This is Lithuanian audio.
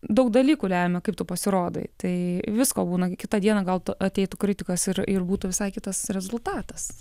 daug dalykų lemia kaip tu pasirodai tai visko būna kitą dieną gal tu ateitų kritikos ir ir būtų visai kitas rezultatas